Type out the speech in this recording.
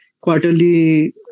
quarterly